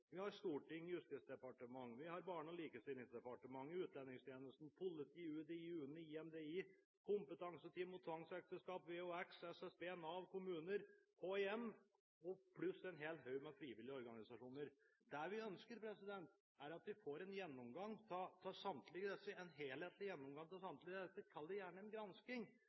Vi har storting og justisdepartement, vi har barne- og likestillingsdepartement, utlendingstjeneste, politi, UDI, UNE, IMDI, kompetanseteam mot tvangsekteskap, Vox, SSB, Nav, kommuner pluss en hel haug med frivillige organisasjoner. Det vi ønsker, er å få en helhetlig gjennomgang av samtlige av disse, kall det gjerne en